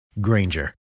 Granger